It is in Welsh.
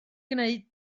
gwneud